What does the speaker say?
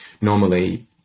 normally